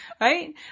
right